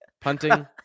Punting